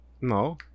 No